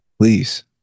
please